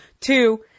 Two